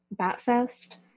Batfest